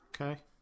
Okay